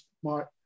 smart